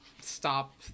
stop